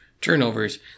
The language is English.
turnovers